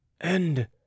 And